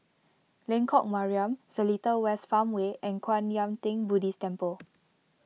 Lengkok Mariam Seletar West Farmway and Kwan Yam theng Buddhist Temple